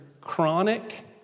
chronic